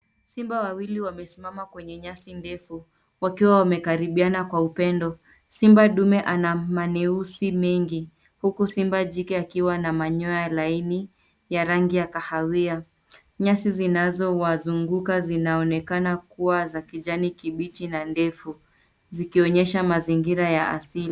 Simba wawili wamesimama kwenye nyasi ndefu wakiwa wamekaribiana kwa upendo. Simba dume ana maneusi mengi huku simba jike akiwa na manyoya laini ya rangi ya kahawia. Nyasi zinazowazunguka zinaonekana kuwa za kijani kibichi na ndefu zikionyesha mazingira ya kiasili.